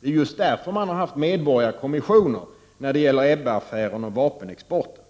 Det är just därför man har haft medborgarkommissioner när det gäller Ebbeaffären och vapenexporten.